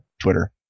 Twitter